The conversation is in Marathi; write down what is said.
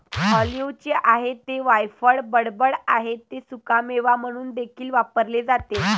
ऑलिव्हचे आहे ते वायफळ बडबड आहे ते सुकामेवा म्हणून देखील वापरले जाते